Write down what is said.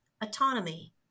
autonomy